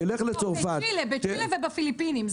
תלך לצרפת --- בצ'ילה ובפיליפינים.